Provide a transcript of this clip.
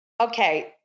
Okay